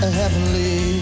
heavenly